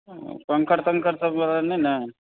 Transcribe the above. कंकड़ तंकड़ वाला सभ नहि ने